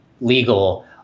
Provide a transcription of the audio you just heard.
legal